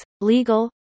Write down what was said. legal